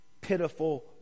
pitiful